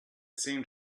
seemed